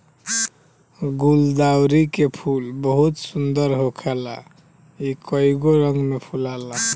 गुलदाउदी के फूल बहुत सुंदर होखेला इ कइगो रंग में फुलाला